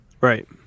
Right